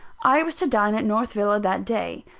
i was to dine at north villa that day.